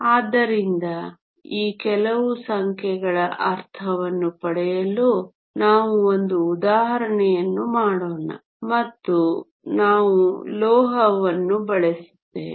ಆದ್ದರಿಂದ ಈ ಕೆಲವು ಸಂಖ್ಯೆಗಳ ಅರ್ಥವನ್ನು ಪಡೆಯಲು ನಾವು ಒಂದು ಉದಾಹರಣೆಯನ್ನು ಮಾಡೋಣ ಮತ್ತು ನಾವು ಲೋಹವನ್ನು ಬಳಸುತ್ತೇವೆ